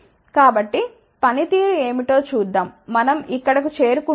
కాబట్టి పనితీరు ఏమిటో చూద్దాం మనం ఇక్కడకు చేరుకుంటాము